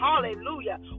hallelujah